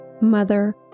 Mother